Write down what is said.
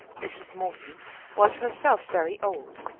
mrs. morton was herself very old,